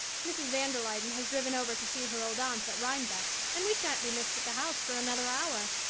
mrs. van der luyden has driven over to see her old aunts at rhinebeck and we shan't be missed at the house for another hour.